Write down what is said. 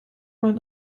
man